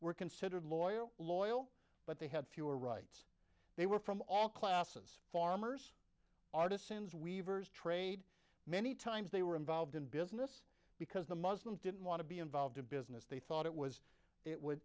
were considered loyal loyal but they had fewer rights they were from all classes farmers artists sends weavers trade many times they were involved in business because the muslims didn't want to be involved in business they thought it was it w